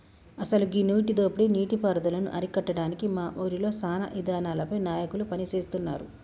అసలు గీ నీటి దోపిడీ నీటి పారుదలను అరికట్టడానికి మా ఊరిలో సానా ఇదానాలపై నాయకులు పని సేస్తున్నారు